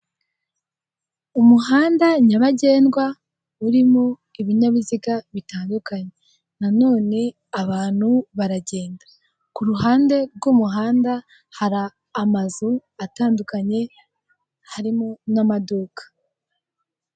Umuhanda nyabagendwa urimo ibinyabiziga bitandukanye, nanone abantu baragenda, ku ruhande rw'umuhanda hari amazu atandukanye, harimo n'amaduka.